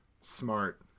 Smart